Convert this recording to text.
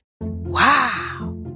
Wow